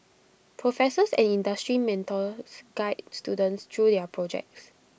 professors and industry mentors guide students through their projects